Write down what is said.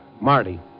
Marty